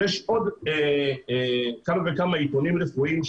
יש עוד כמה וכמה עיתונים רפואיים,